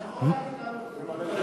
אתה יכול להביא לנו את הרשימה,